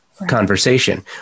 conversation